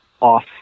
off